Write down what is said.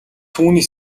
түүний